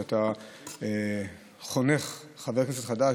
שאתה חונך חבר כנסת חדש.